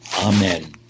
Amen